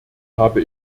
habe